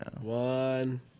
One